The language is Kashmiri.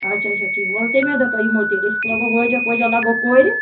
اَچھا اَچھا ٹھیٖک وَلہٕ تَمے دۄہ یِمو تیٚلہِ أسۍ أسۍ لاگو وٲجا پٲجا لاگو کورِ